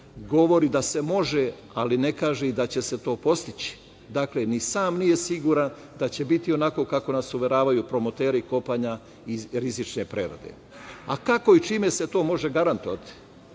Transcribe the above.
Govori da se može, ali ne kaže i da će se to postići, dakle ni sam nije siguran da će biti onako kako nas uveravaju promoteri kopanja iz rizične prerade. Kako i čime se to može garantovati?